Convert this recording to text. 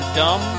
dumb